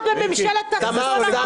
אבל הוא הולך להיות בממשלת שמאל הרעה.